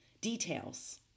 details